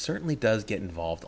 certainly does get involved